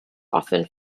often